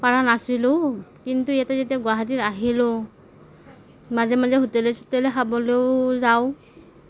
পৰা নাছিলোঁ কিন্তু ইয়াতে যেতিয়া গুৱাহাটী আহিলোঁ মাজে মাজে হোটেলে চোটেলে খাবলৈও যাওঁ